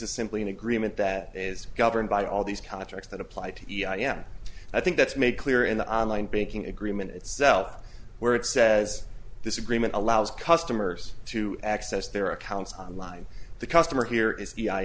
is simply an agreement that is governed by all these contracts that apply to the yeah i think that's made clear in the online banking agreement itself where it says this agreement allows customers to access their accounts online the customer here is the